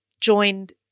joined